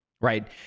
Right